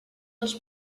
els